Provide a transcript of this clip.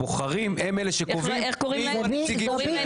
הבוחרים הם אלו שקובעים מי הנציגים שלהם.